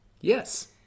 Yes